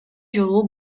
жолу